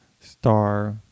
Star